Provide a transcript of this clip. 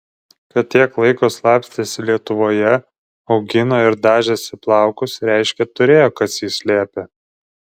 kad tiek laiko slapstėsi lietuvoje augino ir dažėsi plaukus reiškia turėjo kas jį slėpė